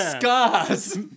Scars